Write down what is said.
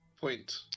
point